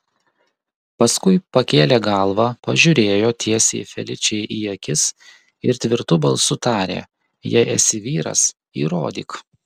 paskui pakėlė galvą pažiūrėjo tiesiai feličei į akis ir tvirtu balsu tarė jei esi vyras įrodyk